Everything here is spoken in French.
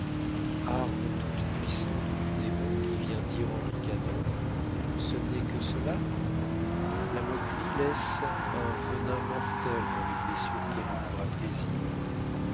arme toute puissante du démon qui vient dire en ricanant ce n'est que cela la moquerie laisse un venin mortel dans les blessures qu'elle ouvre à plaisir